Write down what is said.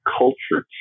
culture